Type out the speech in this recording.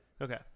Okay